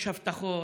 יש הבטחות